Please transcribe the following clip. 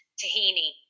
tahini